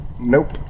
Nope